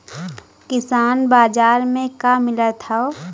किसान बाजार मे का मिलत हव?